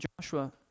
Joshua